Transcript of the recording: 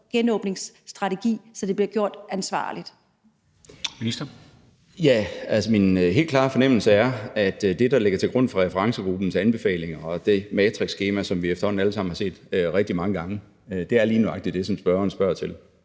(Finansministeren) Morten Bødskov (fg.): Min helt klare fornemmelse er, at det, der ligger til grund for referencegruppens anbefalinger og det matrixskema, som vi efterhånden alle sammen har set rigtig mange gange, lige nøjagtig er det, som spørgeren spørger til.